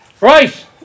Right